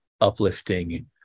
uplifting